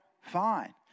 fine